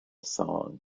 song